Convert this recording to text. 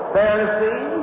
Pharisee